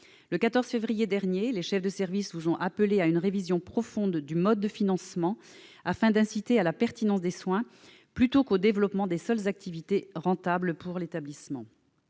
Le 14 février dernier, les chefs de service vous ont appelé à une révision profonde du mode de financement, afin d'inciter à la pertinence des soins, plutôt qu'au développement des seules activités rentables pour l'établissement.